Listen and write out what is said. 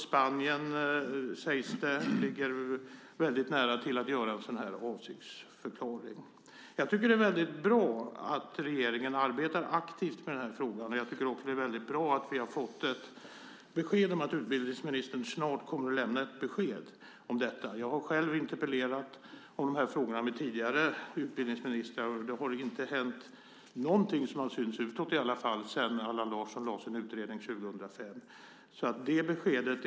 Spanien, sägs det, ligger väldigt nära att göra en avsiktsförklaring. Jag tycker att det är väldigt bra att regeringen arbetar aktivt med den här frågan. Och jag tycker också att det är väldigt bra att vi har fått besked om att utbildningsministern snart kommer att lämna ett besked om detta. Jag har själv ställt interpellationer till tidigare utbildningsministrar om de här frågorna och det har inte hänt någonting, som har synts utåt i alla fall, sedan Allan Larsson lade fram sin utredning 2005.